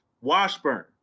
Washburn